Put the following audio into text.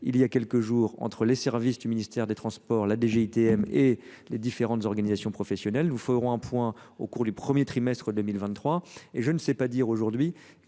il y a quelques jours au ministère des transports la DGITM et les différentes organisations professionnelles. Nous ferons un point au cours du premier trimestre 2023, mais je ne sais pas vous dire